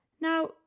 Now